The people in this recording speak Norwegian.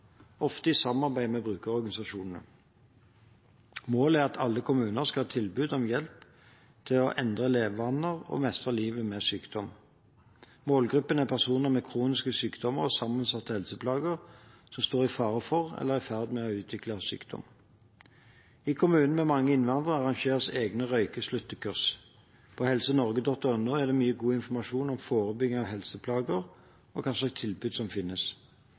ofte i samarbeid med brukerorganisasjonene. Målet er at alle kommuner skal ha et tilbud om hjelp til å endre levevaner og mestre livet med sykdom. Målgruppen er personer med kroniske sykdommer og sammensatte helseplager som står i fare for eller er i ferd med å utvikle en sykdom. I kommuner med mange innvandrere arrangeres egne røykesluttkurs. På helsenorge.no er det mye god informasjon om forebygging av helseplager og om hvilke tilbud som finnes.